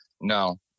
no